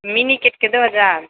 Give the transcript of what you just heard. mini के दू हजार